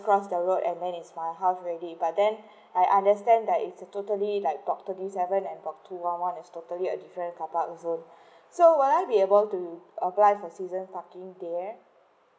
cross the road and then it is my house already but then I understand that it's a totally like block thirty seven and block two one one is totally a different cark park zones so will I be able to apply for season parking there